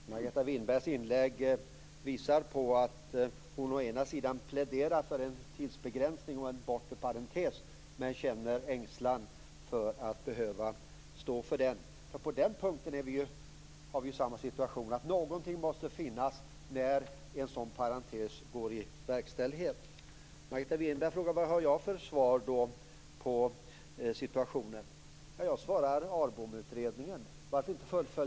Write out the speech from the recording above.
Fru talman! Margareta Winbergs inlägg visar att hon å ena sidan pläderar för en tidsbegränsning och en bortre parentes, å andra sidan känner en ängslan för att behöva stå för detta. På den punkten är vi i samma situation - någonting måste träda in efter en sådan parentes. Margareta Winberg frågar vilket svar jag har i denna situation. Jag svarar: Varför inte fullfölja ARBOM-utredningen?